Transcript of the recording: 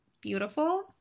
beautiful